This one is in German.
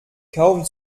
kaum